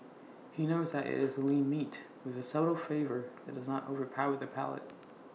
he knows that IT is A lean meat with A subtle flavour that does not overpower the palate